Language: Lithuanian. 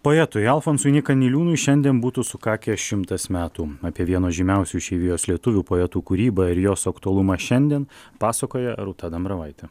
poetui alfonsui nyka niliūnui šiandien būtų sukakę šimtas metų apie vieno žymiausių išeivijos lietuvių poetų kūrybą ir jos aktualumą šiandien pasakoja rūta dambravaitė